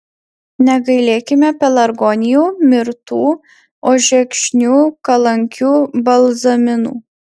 negailėkime pelargonijų mirtų ožekšnių kalankių balzaminų